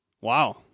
Wow